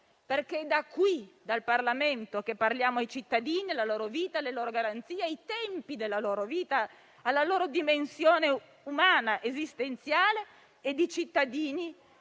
da qui infatti, dal Parlamento, che parliamo ai cittadini, alla loro vita, alle loro garanzie, ai tempi della loro vita e alla loro dimensione umana esistenziale e di cittadini